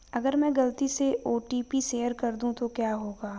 अगर मैं गलती से ओ.टी.पी शेयर कर दूं तो क्या होगा?